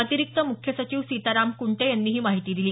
अतिरिक्त मुख्य सचिव सीताराम कुंटे यांनी ही माहिती दिली